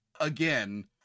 again-